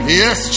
yes